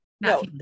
No